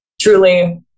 truly